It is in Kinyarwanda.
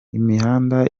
imihanda